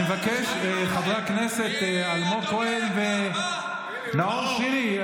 אני מבקש, חברי הכנסת אלמוג כהן ונאור שירי.